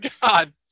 God